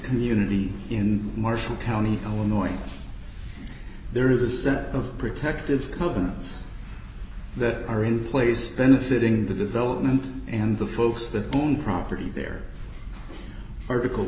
community in marshall county illinois there is a sense of protective covens that are in place benefiting the development and the folks that own property there article